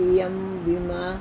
ਪੀ M ਬੀਮਾ